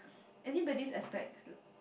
anybody's aspects